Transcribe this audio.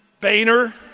Boehner